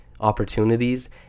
opportunities